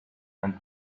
and